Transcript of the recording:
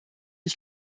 ich